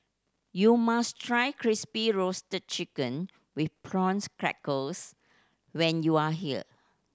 you must try Crispy Roasted Chicken with prawns crackers when you are here